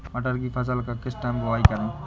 मटर की फसल का किस टाइम बुवाई करें?